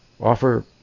offer